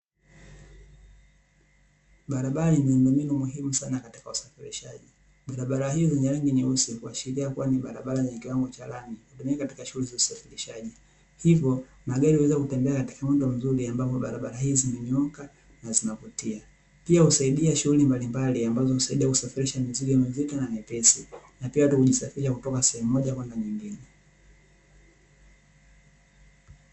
Barabara ni miundombinu muhimu sana katika usafirishaji. Barabara hii yenye rangi nyeusi huashiria ni barabara yenye kiwango cha lami, hutumika katika shughuli za usafirishaji, hivyo magari huweza kutembea katika mwendo mzuri ambapo barabara hizi zimenyooka na zinavutia. Pia husaidia shughuli mbalimbali ambazo husaidia kusafirisha mizigo mizito na mepesi na pia kujisafirisha kutoka sehemu moja kwenda nyingine.